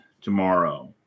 tomorrow